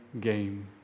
game